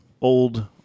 Old